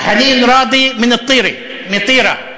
חנין ראדי מן אל-טירה, מטירה.